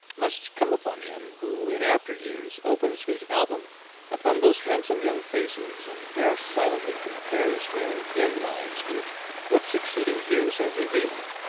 must come upon him who in after years opens his album upon those handsome young faces, and there silently compares their then lives with what succeeding years have revealed!